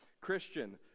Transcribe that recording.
Christian